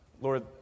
Lord